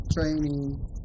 training